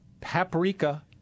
Paprika